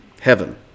heaven